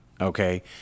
okay